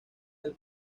del